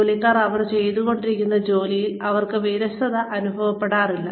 ജോലിക്കാർ അവർ ചെയ്തുകൊണ്ടിരിക്കുന്ന ജോലിയിൽ അവർക്ക് വിരസത അനുഭവപ്പെടില്ല